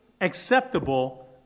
acceptable